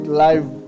live